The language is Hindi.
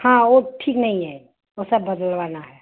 हाँ वह ठीक नहीं है वह सब बदलवाना है